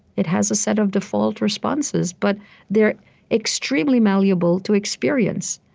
it has a set of default responses, but they're extremely malleable to experience.